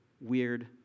weird